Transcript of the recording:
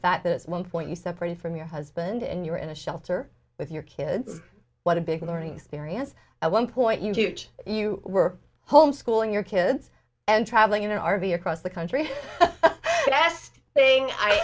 fact that it's one point you separated from your husband and you're in a shelter with your kids what a big learning experience at one point huge you were home schooling your kids and traveling in an r v across the country and i asked thing i